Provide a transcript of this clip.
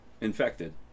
infected